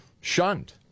shunned